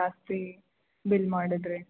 ಜಾಸ್ತಿ ಬಿಲ್ ಮಾಡಿದಿರಿ